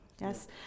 yes